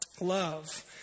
love